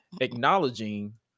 acknowledging